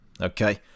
Okay